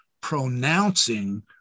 pronouncing